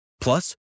Plus